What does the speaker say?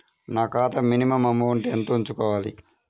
నా ఖాతా minimum amount ఎంత ఉంచుకోవాలి?